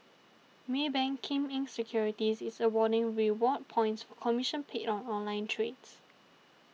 Maybank Kim Eng Securities is awarding reward points commission paid on online trades